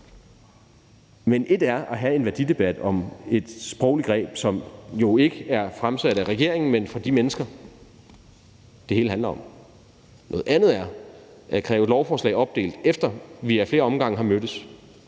Men et er at have en værdidebat om et sprogligt greb, som jo ikke er fremsat af regeringen, men for de mennesker, det hele handler om, noget andet er at kræve et lovforslag opdelt, efter at vi ad flere omgange har mødtes